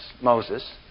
Moses